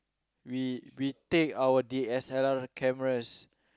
we we take our D_S_L_R cameras